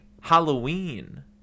Halloween